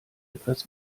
etwas